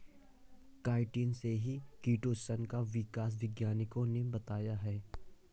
chitin से ही chitosan का विकास वैज्ञानिकों ने बताया है